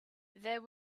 there